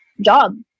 job